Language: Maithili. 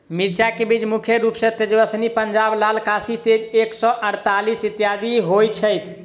मिर्चा केँ बीज मुख्य रूप सँ तेजस्वनी, पंजाब लाल, काशी तेज एक सै अड़तालीस, इत्यादि होए छैथ?